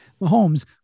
mahomes